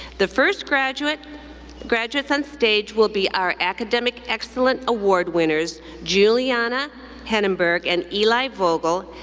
the first graduates graduates on stage will be our academic excellence award winners, julianna henneberg and eli vogel,